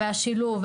והשילוב,